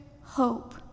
hope